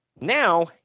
now